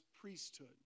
priesthood